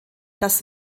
das